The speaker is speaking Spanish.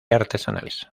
artesanales